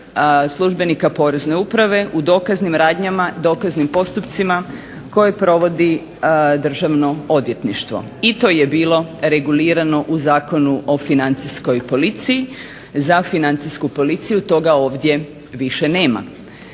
službenika Porezne uprave u dokaznim radnjama, dokaznim postupcima koje provodi Državno odvjetništvo. I to je bilo regulirano u Zakonu o Financijskoj policiji. Za Financijsku policiju toga ovdje više nema,